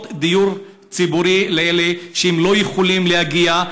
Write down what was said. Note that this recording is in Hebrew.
דיור ציבורי לאלו שלא יכולים להגיע לזה,